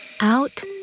out